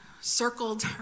circled